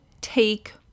take